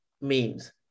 memes